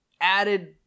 added